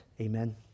Amen